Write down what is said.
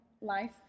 life